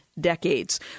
decades